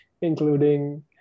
including